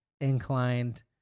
inclined